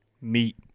Meet